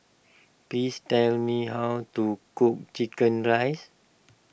please tell me how to cook Chicken Rice